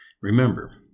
Remember